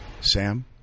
Sam